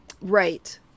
Right